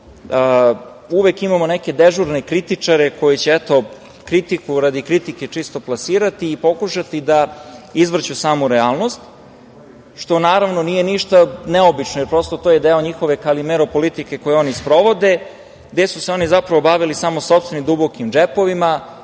uvek imamo neke dežurne kritičare koji će eto kritiku radi kritike čisto plasirati i pokušati da izvrću samu realnost, što nije ništa neobično, jer je to deo njihove Kalimero politike koju oni sprovode, gde su se oni samo bavili sopstvenim dubokim džepovima,